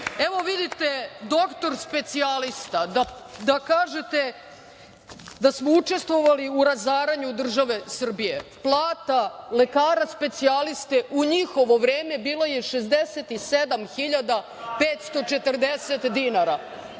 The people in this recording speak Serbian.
Evo, vidite doktor specijalista, da kažete da smo učestvovali u razaranju države Srbije, plata lekara specijaliste u njihovo vreme bila je 67.540 dinara.